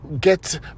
get